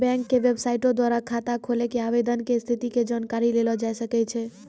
bank के बेबसाइटो द्वारा खाता खोलै के आवेदन के स्थिति के जानकारी लेलो जाय सकै छै